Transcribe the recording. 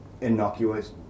innocuous